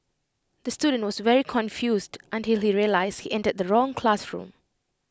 the student was very confused until he realised he entered the wrong classroom